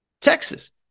Texas